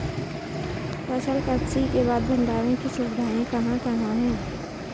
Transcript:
फसल कत्सी के बाद भंडारण की सुविधाएं कहाँ कहाँ हैं?